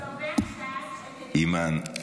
אימאן, בבקשה.